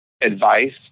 advice